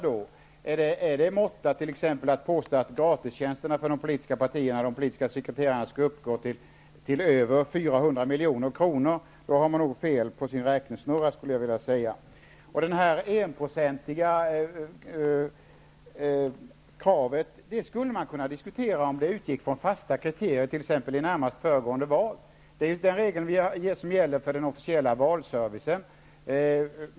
Är det måtta t.ex. att påstå att gratistjänsterna för de politiska partierna och de politiska sekreterarna skall uppgå till över 400 milj.kr.? Om man hävdar det har man nog fel på sin räknesnurra. Man skulle kunna diskutera enprocentskravet om det utgick från fasta kriterier, t.ex. resultatet i närmast föregående val. Det är den regel som gäller för den officiella valservicen.